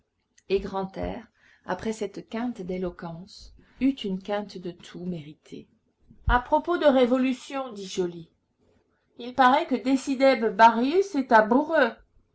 et grantaire après cette quinte d'éloquence eut une quinte de toux méritée à propos de révolution dit joly il paraît que décidébent barius est aboureux